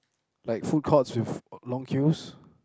like food courts with long queues